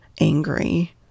angry